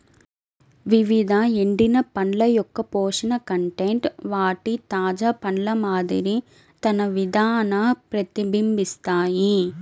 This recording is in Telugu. వివిధ ఎండిన పండ్ల యొక్కపోషక కంటెంట్ వాటి తాజా పండ్ల మాదిరి తన విధాన ప్రతిబింబిస్తాయి